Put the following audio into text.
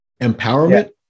Empowerment